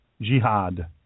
jihad